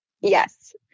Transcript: Yes